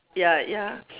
ya ya